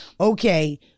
okay